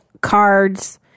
cards